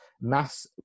mass